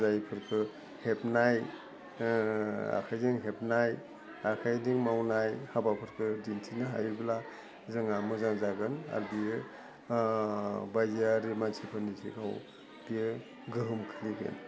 जायफोरखौ हेबनाय आखाइजों हेबनाय आखाइजों मावनाय हाबाफोरखौ दिन्थिनो हायोब्ला जोंहा मोजां जागोन आरो बियो बायजोआरि मानसिफोरनि सिगाङाव बियो गोहोम खोलैगोन